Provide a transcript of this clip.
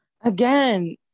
again